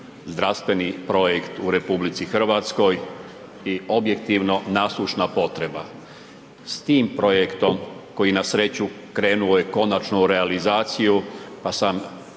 zdravstveni projekt u RH i objektivno naslušna potreba. S tim projektom koji na sreću, krenuo je konačno u realizaciju, pa sam